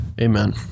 Amen